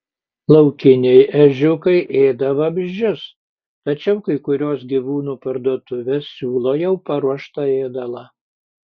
laukiniai ežiukai ėda vabzdžius tačiau kai kurios gyvūnų parduotuvės siūlo jau paruoštą ėdalą